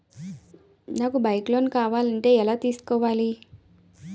నాకు bike loan కావాలంటే ఎలా తీసుకోవాలి?